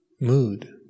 mood